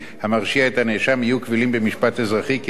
יהיו קבילים במשפט אזרחי כראיה לכאורה לאמור בהם,